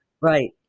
right